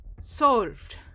solved